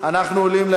השר סילבן שלום,